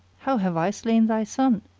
how have i slain thy son?